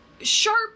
Sharp